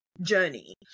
journey